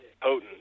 potent